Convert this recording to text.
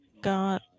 God